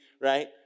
right